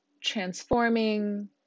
transforming